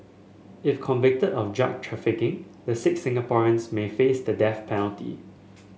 if convicted of drug trafficking the six Singaporeans may face the death penalty